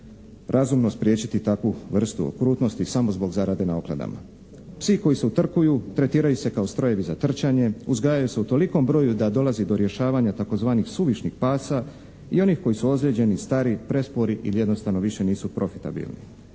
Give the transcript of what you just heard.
razumno spriječiti takvu vrstu okrutnosti samo zbog zarade na okladama. Psi koji se utrkuju tretiraju se kao strojevi za trčanje, uzgajaju se u tolikom broju da dolazi do rješavanja tzv. suvišnih pasa i onih koji su ozlijeđeni, stari, prespori ili jednostavno više nisu profitabilni.